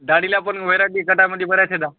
दाढीला पण व्हरायटी कटामध्ये बऱ्याच आहेत